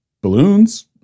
balloons